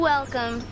Welcome